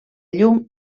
llum